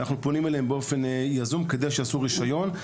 ואנחנו פונים אליהם באופן יזום כדי שיעשו רישיון.